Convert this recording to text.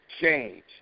change